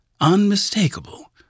unmistakable